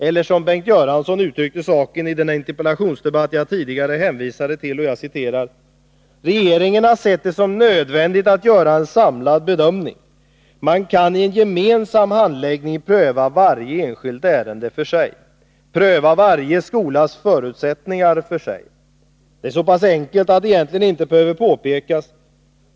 Eller som Bengt Göransson uttryckte saken i den interpellationsdebatt jag tidigare hänvisade till: ”Regeringen har sett det som nödvändigt att göra en samlad bedömning. ——— Man kan i en gemensam handläggning pröva varje enskilt ärende för sig, pröva varje skolas förutsättningar för sig. Det är så pass enkelt att det egentligen inte behöver påpekas.